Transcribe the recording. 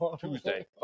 Tuesday